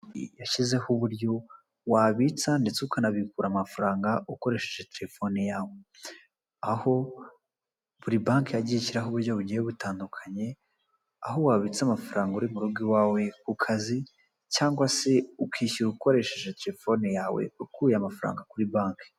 Yashyizeho uburyo wabitsa ndetse ukanabikura amafaranga, ukoresheje telefone yawe, aho buri banki yagiye ishyiraho uburyo bugiye butandukanye, aho wabitsa amafaranga uri murugo iwawe, ku kazi, cyangwa se ukishyura ukoresheje telefone yawe, ukuye amafaranga kuri banki.